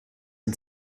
and